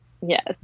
Yes